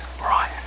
right